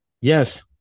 Yes